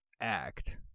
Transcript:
act